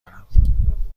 دارم